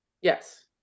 Yes